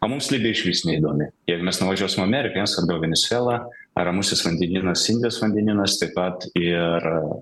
o mums libija išvis neįdomi jeigu mes nuvažiuosim į ameriką jiems svarbiau venesuela ramusis vandenynas indijos vandenynas taip pat ir